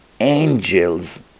angels